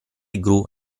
gru